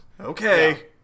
Okay